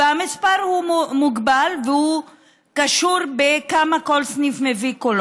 והמספר מוגבל והוא קשור בכמה קולות כל סניף מביא.